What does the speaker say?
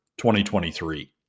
2023